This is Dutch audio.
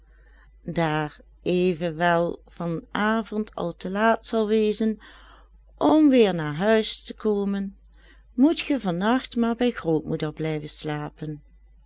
t evenwel van avond al te laat zal wezen om weer naar huis te komen moet ge van nacht maar bij grootmoeder blijven slapen